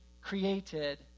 created